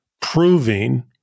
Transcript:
proving